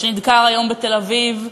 שנדקר היום בתל-אביב.